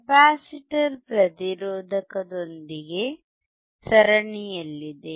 capacitor ಪ್ರತಿರೋಧಕದೊಂದಿಗೆ ಸರಣಿಯಲ್ಲಿದೆ